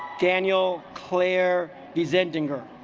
daniel claire is ending her